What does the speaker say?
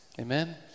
Amen